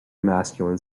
masculine